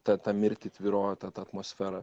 tą tą mirtį tvyrojo ta ta atmosfera